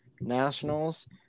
nationals